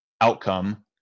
outcome